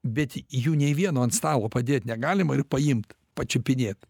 bet jų nei vieno ant stalo padėt negalima ir paimt pačiupinėt